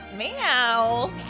Meow